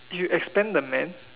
you expand the man